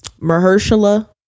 Mahershala